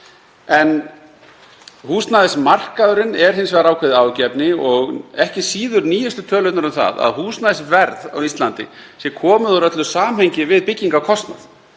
En húsnæðismarkaðurinn er hins vegar ákveðið áhyggjuefni og ekki síður nýjustu tölurnar um að húsnæðisverð á Íslandi sé komið úr öllu samhengi við byggingarkostnað.